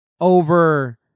over